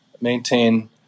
maintain